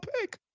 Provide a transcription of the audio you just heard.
pick